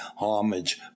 homage